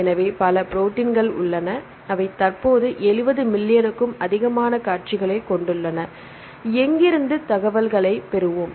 எனவே பல ப்ரோடீன்கள் உள்ளன அவை தற்போது 70 மில்லியனுக்கும் அதிகமான காட்சிகளைக் கொண்டுள்ளன எங்கிருந்து தகவல்களைப் பெறுவோம்